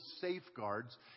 safeguards